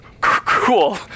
Cool